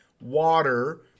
water